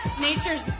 Nature's